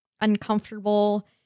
uncomfortable